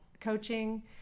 coaching